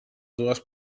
dues